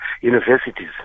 universities